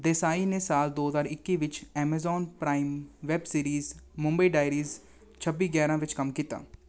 ਦੇਸਾਈ ਨੇ ਸਾਲ ਦੋ ਹਜ਼ਾਰ ਇੱਕੀ ਵਿੱਚ Amazon Prime web series Mumbai Diaries ਛੱਬੀ ਗਿਆਰ੍ਹਾਂ ਵਿੱਚ ਕੰਮ ਕੀਤਾ